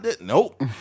Nope